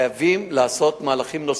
חפים מפשע נפגעים,